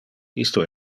isto